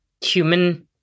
human